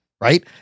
Right